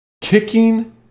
kicking